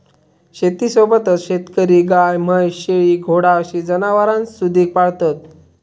शेतीसोबतच शेतकरी गाय, म्हैस, शेळी, घोडा अशी जनावरांसुधिक पाळतत